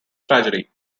tragedy